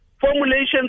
formulations